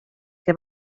que